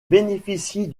bénéficie